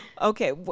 Okay